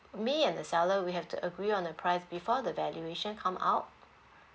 me and the seller we have to agree on the price before the valuation come out